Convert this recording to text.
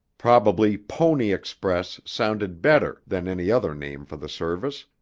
probably pony express sounded better than any other name for the service,